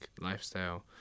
lifestyle